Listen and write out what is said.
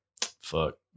fuck